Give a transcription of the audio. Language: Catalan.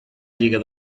lliga